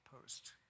post